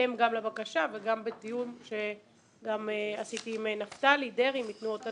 בהתאם לבקשה וגם בתיאום שעשיתי עם נפתלי דרעי מתנועות הנוער.